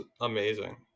amazing